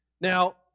Now